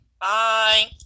Bye